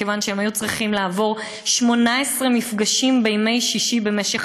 מכיוון שהם היו צריכים לעבור 18 מפגשים בימי שישי במשך